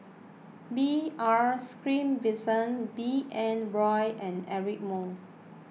B R Sreenivasan B N Rao and Eric Moo